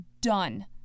done